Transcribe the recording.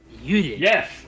Yes